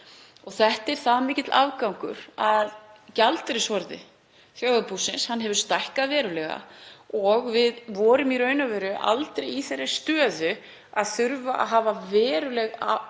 Þetta er það mikill afgangur að gjaldeyrisforði þjóðarbúsins hefur stækkað verulega og við vorum í raun og veru aldrei í þeirri stöðu að þurfa að hafa verulegar